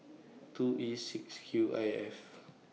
two E six Q I F